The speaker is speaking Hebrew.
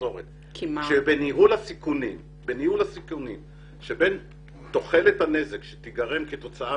בצורת שבניהול הסיכונים שבין תוחלת הנזק שתיגרם כתוצאה